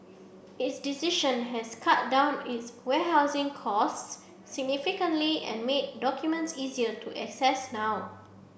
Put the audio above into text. its decision has cut down its warehousing costs significantly and made documents easier to access now